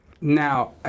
Now